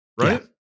right